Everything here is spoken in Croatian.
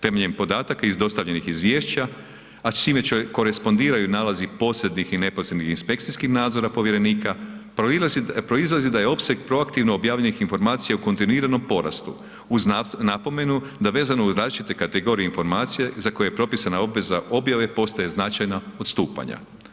Temeljem podataka iz dostavljenih izvješća, a s čime će korespondiraju nalazi posrednih i neposrednih inspekcijskih nadzora povjerenika, proizlazi da je opseg proaktivnog objavljenih informacija u kontinuiranom porastu uz napomenu da vezano uz različite kategorije informacija za koje je propisana obveza objave, postoje značajna odstupanja.